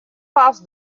pas